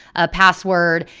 a password,